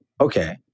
okay